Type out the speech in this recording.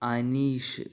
Aneesh